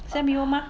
是 M_B_O 吗